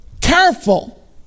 careful